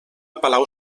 palau